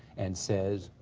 and says,